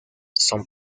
son